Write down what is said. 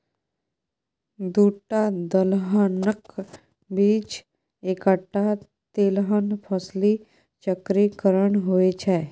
दूटा दलहनक बीच एकटा तेलहन फसली चक्रीकरण होए छै